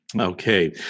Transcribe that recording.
Okay